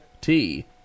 T-